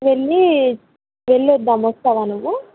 వెళ్ళి వెళ్ళి వద్దాము వస్తావా నువ్వు